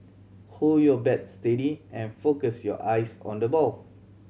hold your bat steady and focus your eyes on the ball